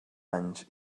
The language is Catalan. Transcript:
anys